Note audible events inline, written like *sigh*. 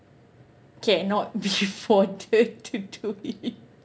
cannot be bothered to do it *laughs*